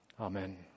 Amen